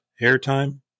airtime